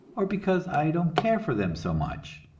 or because i don't care for them so much.